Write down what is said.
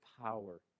power